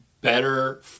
better